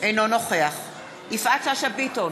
אינו נוכח יפעת שאשא ביטון,